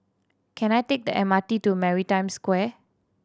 can I take the M R T to Maritime Square